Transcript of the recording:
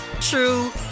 true